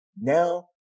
Now